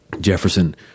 Jefferson